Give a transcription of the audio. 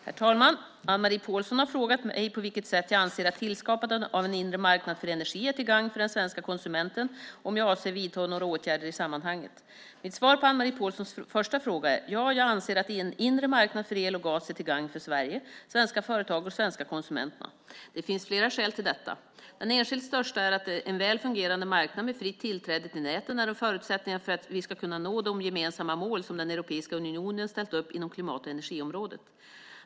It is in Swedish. Herr talman! Anne-Marie Pålsson har frågat på vilket sätt jag anser att tillskapandet av en inre marknad för energi är till gagn för den svenska konsumenten och om jag avser att vidta några åtgärder i sammanhanget. Mitt svar på Anne-Marie Pålssons första fråga är: Ja, jag anser att en inre marknad för el och gas är till gagn för Sverige, svenska företag och de svenska konsumenterna. Det finns flera skäl till detta. Det enskilt största är att en väl fungerande marknad med fritt tillträde till näten är en förutsättning för att vi ska kunna nå de gemensamma mål som den europeiska unionen ställt upp inom klimat och energiområdet.